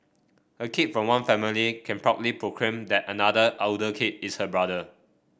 a kid from one family can proudly proclaim that another elder kid is her brother